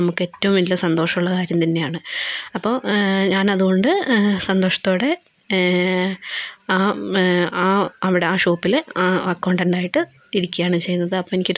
അപ്പോൾ ഞാനതുകൊണ്ട് സന്തോഷത്തോടെ ആ അവിടെ ആ ഷോപ്പില് അക്കൗണ്ടന്റായിട്ട് ഇരിക്കുകയാണ് ചെയ്യുന്നത് അപ്പം എനിക്കത് വളരെ സന്തോഷമുള്ളൊരു ജോലിയായതുകൊണ്ട് ഞാൻ ചെയുന്നു